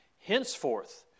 Henceforth